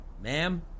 Ma'am